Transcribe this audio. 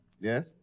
Yes